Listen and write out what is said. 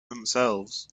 themselves